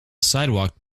sidewalk